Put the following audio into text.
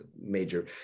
major